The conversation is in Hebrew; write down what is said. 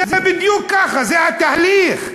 זה בדיוק ככה, זה התהליך.